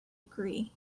agree